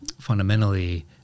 fundamentally